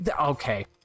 Okay